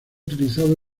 utilizado